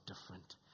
different